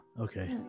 Okay